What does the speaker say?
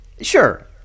Sure